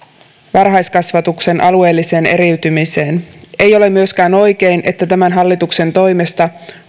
varhaiskasvatuksen alueelliseen eriytymiseen ei ole myöskään oikein että tämän hallituksen toimesta